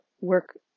work